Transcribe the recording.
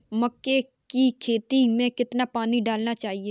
मक्के की खेती में कितना पानी लगाना चाहिए?